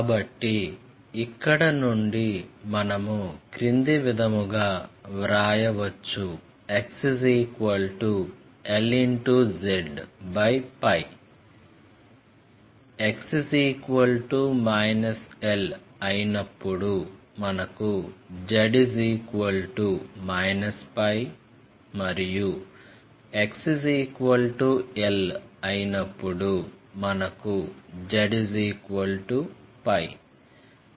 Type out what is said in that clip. కాబట్టి ఇక్కడ నుండి మనము క్రింది విధముగా వ్రాయవచ్చు xlz x l అయినప్పుడు మనకు z π మరియు x l అయినప్పుడు మనకు z π